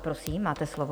Prosím, máte slovo.